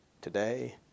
today